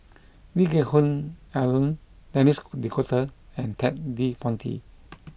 Lee Geck Hoon Ellen Denis D'Cotta and Ted De Ponti